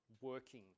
working